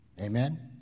Amen